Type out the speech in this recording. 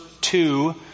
two